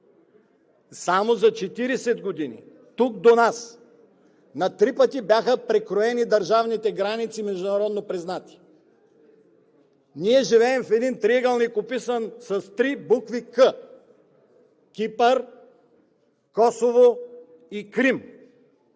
Само за 40 години тук до нас на три пъти бяха прекроени държавните граници международно признати. Ние живеем в един триъгълник описан с три букви „К“ – Кипър, Косово и Крим.